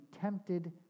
tempted